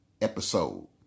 episode